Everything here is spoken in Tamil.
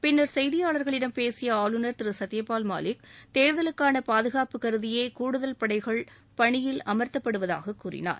பின்னா் செய்தியாளா்களிடம் பேசிய ஆளுநர் திரு சத்யபால் மாலிக் தேர்தலுக்கான பாதுகாப்பு கருதியே கூடுதல் படைகள் பணியில் அமர்த்தப்படுவதாக கூறினார்